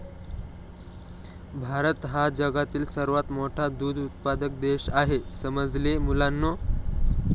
भारत हा जगातील सर्वात मोठा दूध उत्पादक देश आहे समजले मुलांनो